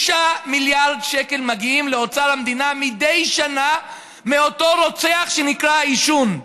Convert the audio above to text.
6 מיליארד שקל מגיעים לאוצר המדינה מדי שנה מאותו רוצח שנקרא העישון.